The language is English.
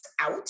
out